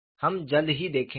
हम जल्द ही देखेंगे